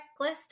checklist